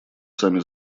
сами